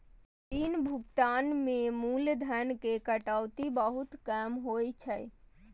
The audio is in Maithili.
ऋण भुगतान मे मूलधन के कटौती बहुत कम होइ छै